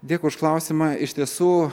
dėkui už klausimą iš tiesų